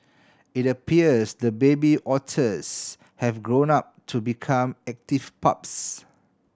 it appears the baby otters have grown up to become active pups